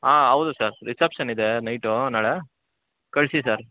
ಹಾಂ ಹೌದು sir reception ಇದೆ ನೈಟು ನಾಳೆ ಕಳಿಸಿ ಸರ್